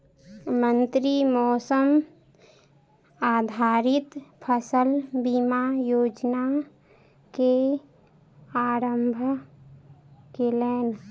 मंत्री मौसम आधारित फसल बीमा योजना के आरम्भ केलैन